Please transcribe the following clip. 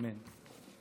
אמן.